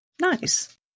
Nice